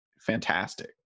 fantastic